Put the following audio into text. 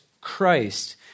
Christ